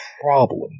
problem